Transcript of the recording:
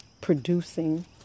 producing